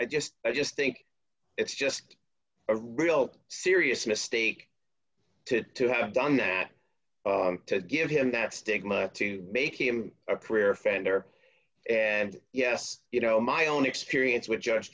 i just i just think it's just a real serious mistake to to have done that to give him that stigma to make him a career offender and yes you know my own experience with just